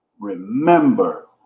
remember